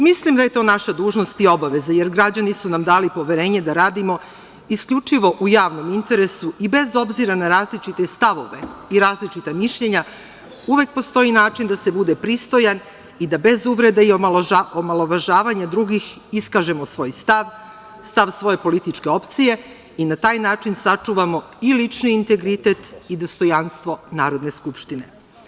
Mislim da je to naša dužnost i obaveza, jer građani su nam dali poverenje da radimo isključivo u javnom interesu i bez obzira na različite stavove i različita mišljenja uvek postoji način da se bude pristojan i da bez uvreda i omalovažavanja drugih iskažemo svoj stav, stav svoje političke opcije i na taj način sačuvamo i lični integritet i dostojanstvo Narodne skupštine.